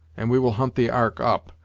and we will hunt the ark up,